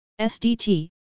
SDT